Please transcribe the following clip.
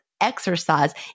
exercise